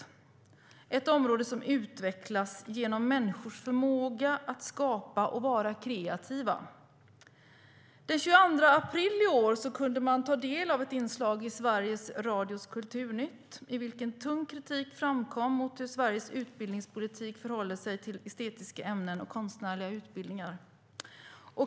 Det är ett område som utvecklas genom människors förmåga att skapa och vara kreativa. "Den 22 april i år kunde man ta del av ett inslag i Sveriges Radios Kulturnytt, i vilket tung kritik framkom mot hur Sveriges utbildningspolitik förhåller sig till estetiska ämnen och konstnärliga utbildningar.